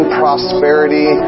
prosperity